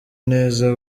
neza